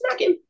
snacking